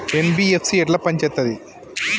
NBFC ఎట్ల పని చేత్తది?